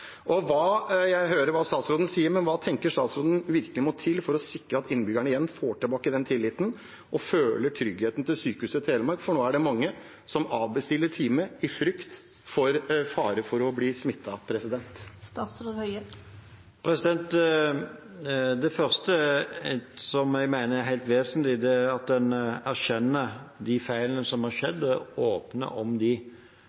hva tenker statsråden virkelig må til for å sikre at innbyggerne får tilbake tilliten igjen og føler seg trygge på Sykehuset Telemark? For nå er det mange som avbestiller timer i frykt for fare for å bli smittet. Det første jeg mener er helt vesentlig, er at en erkjenner de feilene som har